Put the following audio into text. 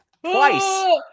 Twice